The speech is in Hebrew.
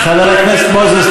חבר הכנסת מוזס,